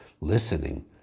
listening